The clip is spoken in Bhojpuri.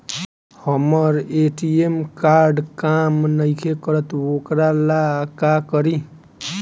हमर ए.टी.एम कार्ड काम नईखे करत वोकरा ला का करी?